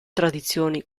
tradizioni